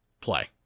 play